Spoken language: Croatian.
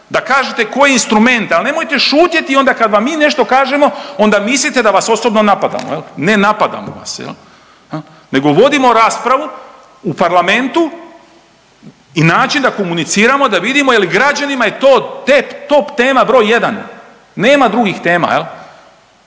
da kažete koji instrument, ali nemojte šutjeti onda kad vam mi nešto kažemo, onda mislite da vas osobno napadamo. Ne napadamo vas, nego vodimo raspravu u parlamentu i način da komuniciramo, da vidimo jer građanima je to top tema br. 1, nema drugih tema.